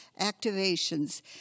activations